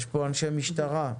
יש פה אנשי משטרה,